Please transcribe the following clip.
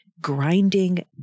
grinding